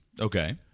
Okay